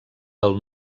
del